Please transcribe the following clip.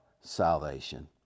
salvation